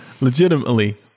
legitimately